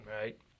Right